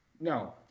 no